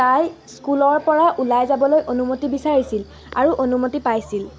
তাই স্কুলৰ পৰা ওলাই যাবলৈ অনুমতি বিচাৰিছিল আৰু অনুমতি পাইছিল